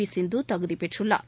we Sindhu தகுதி பெற்றுள்ளார்